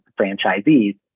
franchisees